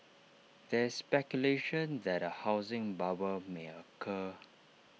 there is speculation that A housing bubble may occur